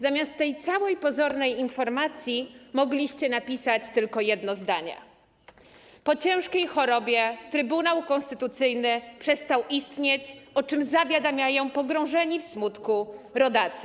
Zamiast tej całej pozornej informacji mogliście napisać tylko jedno zdanie: Po ciężkiej chorobie Trybunał Konstytucyjny przestał istnieć, o czym zawiadamiają pogrążeni w smutku rodacy.